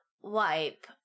wipe